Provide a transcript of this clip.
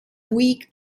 weak